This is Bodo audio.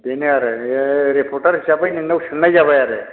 बेनो आरो रिपर्टार हिसाबै नोंनाव सोंनाय जाबाय आरो